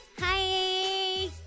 hi